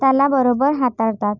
त्याला बरोबर हाताळतात